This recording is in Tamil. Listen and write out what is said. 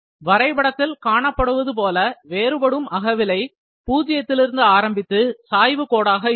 வரைபடத்தில் காணப்படுவது போல வேறுபடும் அகவிலை பூஜ்யத்திலிருந்து ஆரம்பித்து சாய்வு கோடாக இருக்கும்